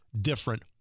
different